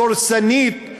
דורסנית,